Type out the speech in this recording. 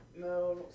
No